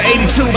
82